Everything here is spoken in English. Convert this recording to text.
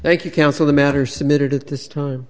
thank you counsel the matter submitted at this time